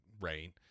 right